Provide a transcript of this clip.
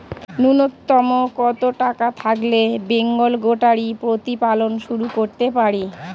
নূন্যতম কত টাকা থাকলে বেঙ্গল গোটারি প্রতিপালন শুরু করতে পারি?